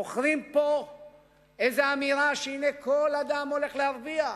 מוכרים פה איזה אמירה שהנה כל אדם הולך להרוויח.